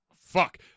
Fuck